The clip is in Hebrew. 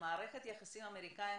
שהעובדה שהאמריקאים